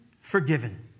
forgiven